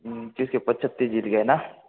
जिस से पछेत्ती जिल गए ना